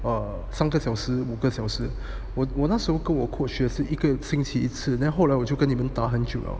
err 三个小时五个小时我我那时候是跟我 coach 也是一个星期一次 then 后来我就跟你们打很久了